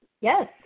Yes